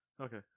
Okay